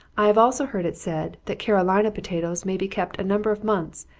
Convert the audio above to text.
i have also heard it said, that carolina potatoes may be kept a number of months,